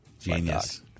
Genius